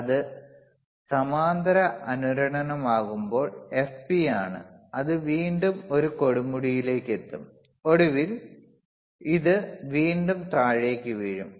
അത് സമാന്തര അനുരണനമാകുമ്പോൾ fp ആണ് അത് വീണ്ടും ഒരു കൊടുമുടിയിലെത്തും ഒടുവിൽ ഇത് വീണ്ടും താഴേക്കു വീഴും